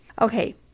Okay